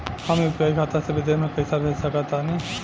हम यू.पी.आई खाता से विदेश म पइसा भेज सक तानि?